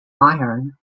iron